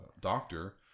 doctor